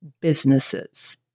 businesses